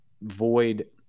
void